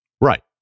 Right